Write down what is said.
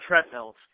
treadmills